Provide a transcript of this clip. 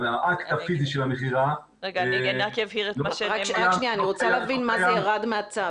על האקט הפיזי של המכירה --- אני רוצה להבין מה זה 'ירד מהצו'.